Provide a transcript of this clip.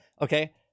Okay